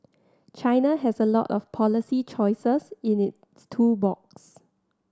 China has a lot of policy choices in its tool box